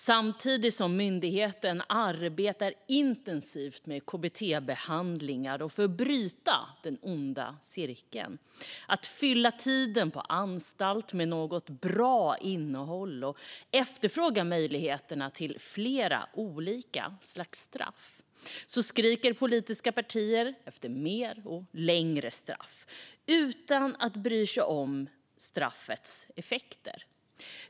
Samtidigt som myndigheten arbetar intensivt med KBT-behandlingar för att bryta den onda cirkeln och fyller tiden på anstalt med bra innehåll och efterfrågar möjligheter till flera olika slags straff skriker politiska partier efter mer och längre straff utan att bry sig om straffets effekter.